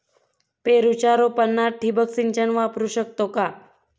पेरूच्या रोपांना ठिबक सिंचन वापरू शकतो का?